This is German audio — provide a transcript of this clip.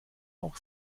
auch